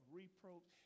reproach